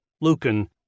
Lucan